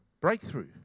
breakthrough